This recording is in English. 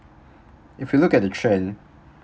if you look at the trend